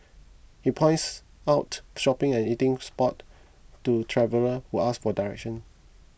he points out shopping and eating spot to traveller who ask for directions